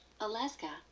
Alaska